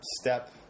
step